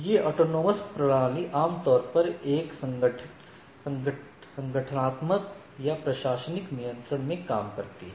ये स्वायत्त प्रणाली आमतौर पर एक संगठनात्मक या प्रशासनिक नियंत्रण में काम करती हैं